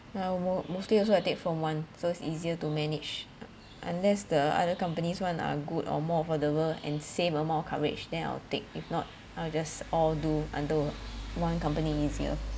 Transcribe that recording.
ah mo~ mostly also I take from one so it's easier to manage unless the other companies one are good or more affordable and same or more coverage then I'll take if not I'll just all do under on~ one company easier